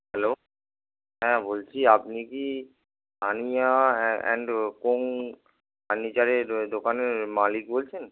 hello হ্যাঁ বলছি আপনি কি তানিয়া অ্যান্ড কোং ফার্নিচারের দোকানের মালিক বলছেন